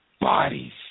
bodies